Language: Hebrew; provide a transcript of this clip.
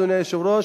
אדוני היושב-ראש,